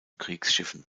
kriegsschiffen